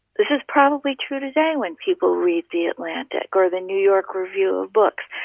this is probably true today when people read the atlantic or the new york review of books.